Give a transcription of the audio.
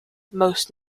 most